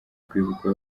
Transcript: kwibuka